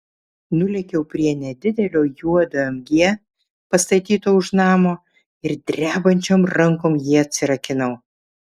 nulėkiau prie nedidelio juodo mg pastatyto už namo ir drebančiom rankom jį atsirakinau